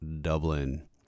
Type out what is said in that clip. Dublin